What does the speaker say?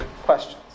questions